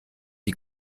die